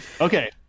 Okay